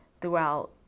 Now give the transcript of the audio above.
throughout